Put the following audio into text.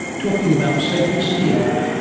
talking about sophie's field,